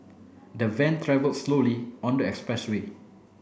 the van travelled slowly on the expressway